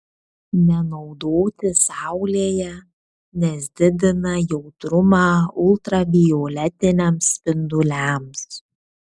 nenaudoti saulėje nes didina jautrumą ultravioletiniams spinduliams